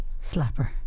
slapper